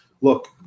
Look